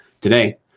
today